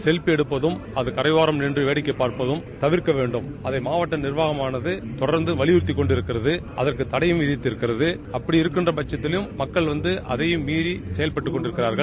selfie எடுப்பதையும் கரையோரங்களில் நின்று வேடிக்கை பார்ப்பதையும் தவிர்க்கவேண்டும் என்று மாவட்ட நிர்வாகமானது தொடர்ந்து வலிபுறுத்தி வருகிறது அதற்கு தடையும் விதித்திருக்கிறது அப்படி இருக்கின்ற பட்சத்தில் மக்கள் அதையும்மீறி செயல்ட்டுக்கொண்டிருக்கிறார்கள்